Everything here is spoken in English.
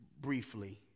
briefly